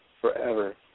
forever